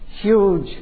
huge